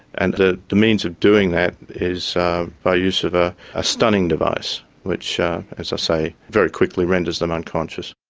and the the means of doing that is by use of a ah stunning device which as i say very quickly renders them unconscious.